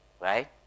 Right